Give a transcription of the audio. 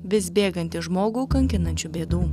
vis bėgantį žmogų kankinančių bėdų